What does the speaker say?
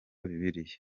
bibiliya